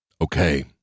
Okay